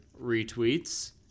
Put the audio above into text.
retweets